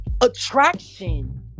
Attraction